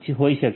હોઈ શકે છે